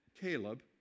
Caleb